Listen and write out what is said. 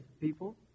people